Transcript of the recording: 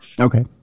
Okay